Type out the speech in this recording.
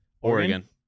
Oregon